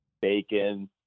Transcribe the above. bacon